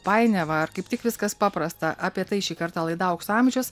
painiava ar kaip tik viskas paprasta apie tai šį kartą laida aukso amžius